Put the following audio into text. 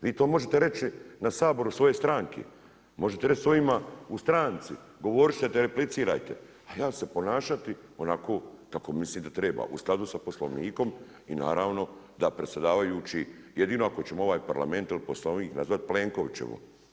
Vi to možete reći na saboru svoje stranke, možete reći svojima u stranci, govorit ćete, replicirajte, a ja ću se ponašati onako kako mislim da treba u skladu sa Poslovnikom i naravno da predsjedavajući jedino ako ćemo ovaj Parlament ili Poslovnik nazvati Plenkovićevo.